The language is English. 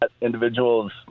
individual's